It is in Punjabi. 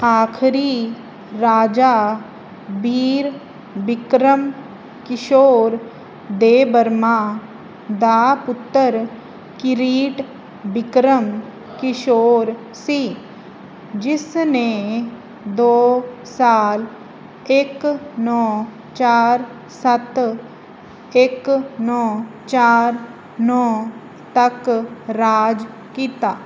ਆਖਰੀ ਰਾਜਾ ਬੀਰ ਬਿਕਰਮ ਕਿਸ਼ੋਰ ਦੇਬਰਮਾ ਦਾ ਪੁੱਤਰ ਕਿਰੀਟ ਬਿਕਰਮ ਕਿਸ਼ੋਰ ਸੀ ਜਿਸ ਨੇ ਦੋ ਸਾਲ ਇੱਕ ਨੌਂ ਚਾਰ ਸੱਤ ਇੱਕ ਨੌਂ ਚਾਰ ਨੌਂ ਤੱਕ ਰਾਜ ਕੀਤਾ